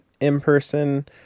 in-person